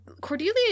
Cordelia